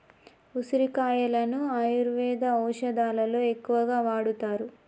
ఉసిరికాయలను ఆయుర్వేద ఔషదాలలో ఎక్కువగా వాడుతారు